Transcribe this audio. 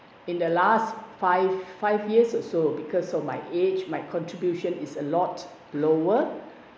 in the last five five years or so because of my age my contribution is a lot lower